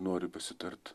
nori pasitart